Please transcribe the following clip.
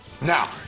now